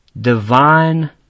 divine